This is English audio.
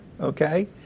okay